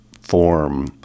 form